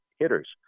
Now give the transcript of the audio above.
hitters